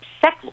sex